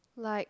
like